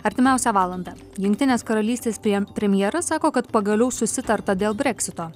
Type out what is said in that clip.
artimiausią valandą jungtinės karalystės prem premjeras sako kad pagaliau susitarta dėl breksito